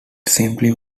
simply